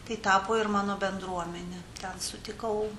tai tapo ir mano bendruomenė ten sutikau